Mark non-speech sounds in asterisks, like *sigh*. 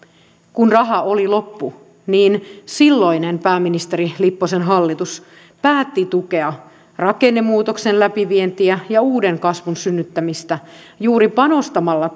kun raha oli loppu silloinen pääministeri lipposen hallitus päätti tukea rakennemuutoksen läpivientiä ja uuden kasvun synnyttämistä juuri panostamalla *unintelligible*